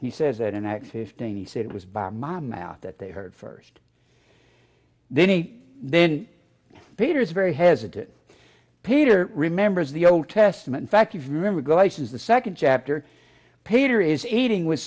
he says and acts fifteen he said it was by my mouth that they heard first then me then peter is very hesitant peter remembers the old testament fact if you remember guy says the second chapter peter is eating with